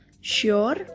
Sure